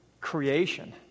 creation